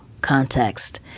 context